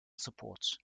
support